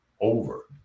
over